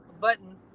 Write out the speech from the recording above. button